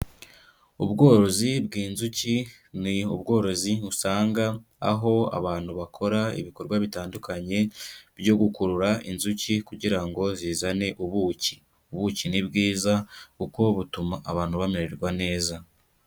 Ubworozi bw'inzuki, ni ubworozi usanga aho abantu bakora ibikorwa bitandukanye byo gukurura inzuki kugira ngo zizane ubuki. Ubuki ni bwiza kuko butuma abantu bamererwa neza.